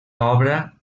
obra